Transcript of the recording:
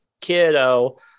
kiddo